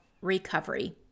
recovery